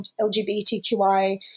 LGBTQI